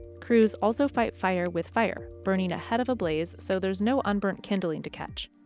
crews also fight fire with fire, burning ahead of a blaze so there's no unburnt kindling to catch.